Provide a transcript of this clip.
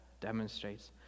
demonstrates